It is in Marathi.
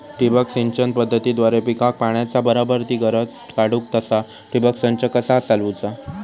ठिबक सिंचन पद्धतीद्वारे पिकाक पाण्याचा बराबर ती गरज काडूक तसा ठिबक संच कसा चालवुचा?